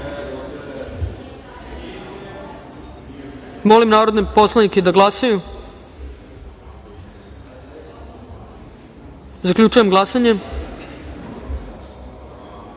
narodne poslanike da glasaju. Zaključujem glasanje: